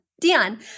Dion